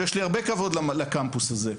שיש לי הרבה כבוד לקמפוס הזה,